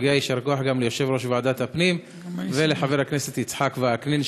מגיע יישר כוח גם ליושב-ראש ועדת הפנים ולחבר הכנסת יצחק וקנין,